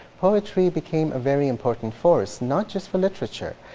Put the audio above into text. poetry became a very important force not just for literature.